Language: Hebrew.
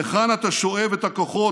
מהיכן אתה שואב את הכוחות?